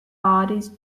bodies